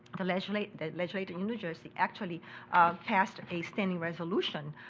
the legislate the legislate in new jersey actually passed a standing resolution,